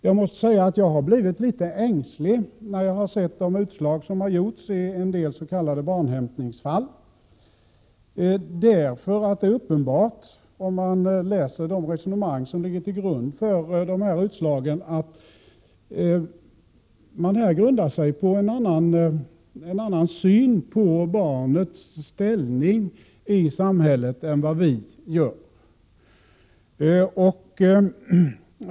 Jag måste säga att jag har blivit litet ängslig när jag har sett utslagen i en del s.k. barnhämtningsfall — den som läser de resonemang som ligger till grund för dessa utslag finner det uppenbart att man här grundar sig på en annan syn på barnets ställning i samhället än vi har.